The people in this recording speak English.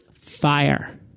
FIRE